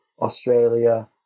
australia